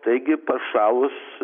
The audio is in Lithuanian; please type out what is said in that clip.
taigi pašalus